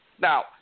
Now